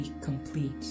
complete